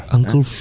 Uncle